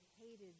hated